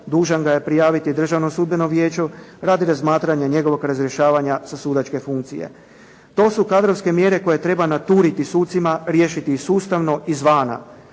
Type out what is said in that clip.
dužan ga je prijaviti Državnom sudbenom vijeću radi razmatranja njegovog razrješavanja sa sudačke funkcije. To su kadrovske mjere koje treba naturiti sucima, riješiti ih sustavno izvana.